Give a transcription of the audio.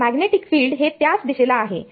तर magnetic field हे त्याच दिशेला आहे